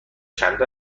چند